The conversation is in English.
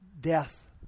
death